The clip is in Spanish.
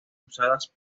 usadas